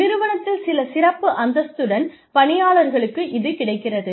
நிறுவனத்தில் சில சிறப்பு அந்தஸ்துடன் பணியாளர்களுக்கு இது கிடைக்கிறது